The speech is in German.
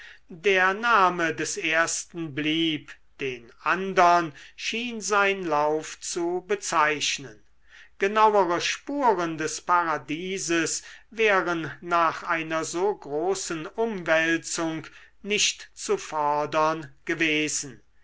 der name des ersten blieb den andern schien sein lauf zu bezeichnen genauere spuren des paradieses wären nach einer so großen umwälzung nicht zu fordern gewesen